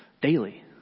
daily